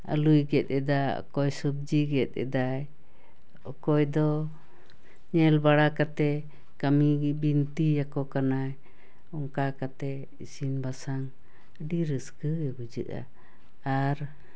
ᱟᱹᱞᱩᱭ ᱜᱮᱫ ᱮᱫᱟ ᱚᱠᱚᱭ ᱥᱚᱵᱽᱡᱤᱭ ᱜᱮᱫ ᱮᱫᱟ ᱚᱠᱚᱭ ᱫᱚ ᱧᱮᱞ ᱵᱟᱲᱟ ᱠᱟᱛᱮ ᱠᱟᱹᱢᱤ ᱵᱤᱱᱛᱤᱭᱟᱠᱚ ᱠᱟᱱᱟᱭ ᱚᱱᱠᱟ ᱠᱟᱛᱮ ᱤᱥᱤᱱ ᱵᱟᱥᱟᱝ ᱟᱹᱰᱤ ᱨᱟᱹᱥᱠᱟ ᱜᱮ ᱵᱩᱡᱷᱟᱹᱜᱼᱟ ᱟᱨ